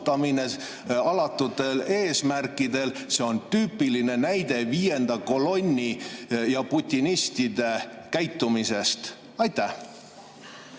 alatutel eesmärkidel on tüüpiline näide viienda kolonni ja putinistide käitumisest. Aitäh,